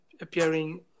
appearing